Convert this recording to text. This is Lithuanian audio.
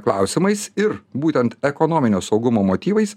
klausimais ir būtent ekonominio saugumo motyvais